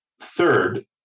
Third